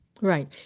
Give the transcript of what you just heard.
Right